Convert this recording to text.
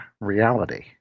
reality